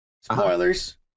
spoilers